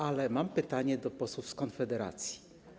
Ale mam pytanie do posłów z Konfederacji.